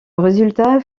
résultat